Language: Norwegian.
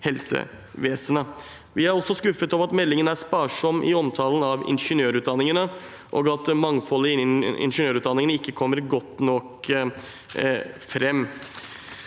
er også skuffet over at meldingen er sparsom i omtalen av ingeniørutdanningene, og at mangfoldet innen ingeniørutdanningene ikke kommer godt nok fram.